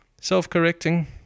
self-correcting